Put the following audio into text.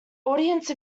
audience